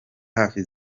hafi